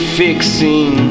fixing